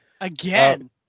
Again